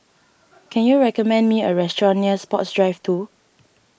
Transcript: can you recommend me a restaurant near Sports Drive two